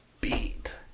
beat